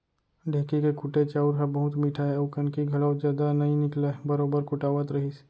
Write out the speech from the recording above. ढेंकी के कुटे चाँउर ह बहुत मिठाय अउ कनकी घलौ जदा नइ निकलय बरोबर कुटावत रहिस